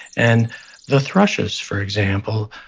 and the thrushes, for example,